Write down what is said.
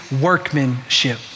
workmanship